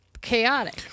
chaotic